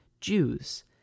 Jews